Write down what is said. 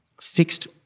fixed